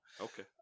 Okay